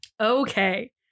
Okay